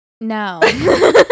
No